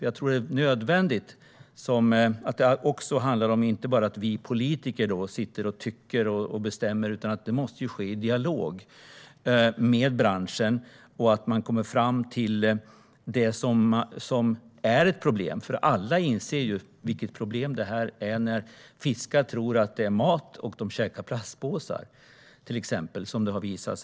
Jag tror att det också handlar om att inte bara vi politiker ska sitta och tycka och bestämma. Detta måste ske i dialog med branschen och att man kommer fram till det som är ett problem. Alla inser nämligen vilket problem detta är när fiskar till exempel äter plastpåsar för att de tror att det är mat.